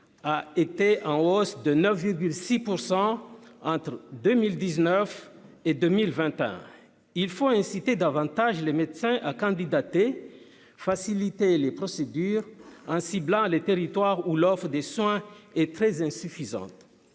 à était en hausse de 9 6 % entre 2000 19 et 2021 il faut inciter davantage les médecins à candidater faciliter les procédures ainsi ciblant les territoires où l'offre des soins est très insuffisante,